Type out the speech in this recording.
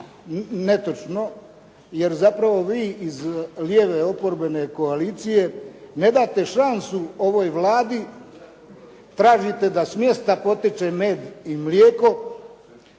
netočno jer zapravo vi iz lijeve oporbene koalicije ne date šansu ovoj Vladi, tražite da smjesta poteče med i mlijeka